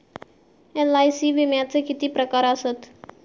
LIC विम्याचे किती प्रकार आसत?